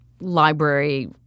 library